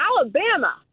Alabama